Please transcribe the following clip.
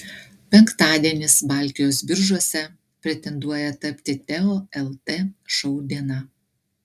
penktadienis baltijos biržose pretenduoja tapti teo lt šou diena